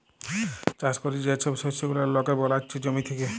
চাষ ক্যরে যে ছব শস্য গুলা লকে বালাচ্ছে জমি থ্যাকে